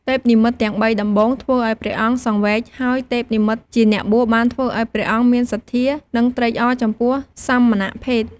ទេពនិមិត្តទាំងបីដំបូងធ្វើឲ្យព្រះអង្គសង្វេគ ហើយទេពនិមិត្តជាអ្នកបួសបានធ្វើឲ្យព្រះអង្គមានសទ្ធា និងត្រេកអរចំពោះសមណភេទ។